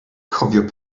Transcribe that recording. cofio